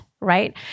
right